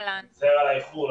אני מצטער על האיחור.